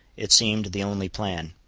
it seemed the only plan.